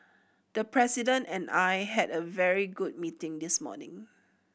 the President and I had a very good meeting this morning